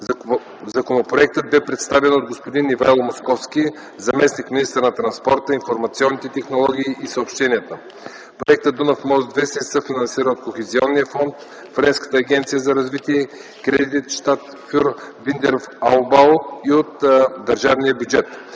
Законопроектът бе представен от господин Ивайло Московски – заместник-министър на транспорта, информационните технологии и съобщенията. Проектът Дунав мост се съфинансира от Кохезионен фонд, Френската агенция за развитие, Кредитанщалт фюр Видерауфбау и от държавния бюджет.